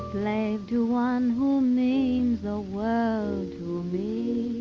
slave to one who means the world to me.